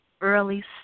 early